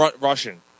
Russian